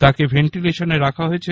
তাঁকে ভেন্টিলেশনে রাখা হয়েছে